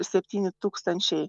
septyni tūkstančiai